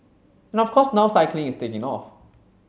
and of course now cycling is taking off